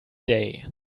day